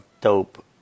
dope